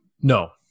No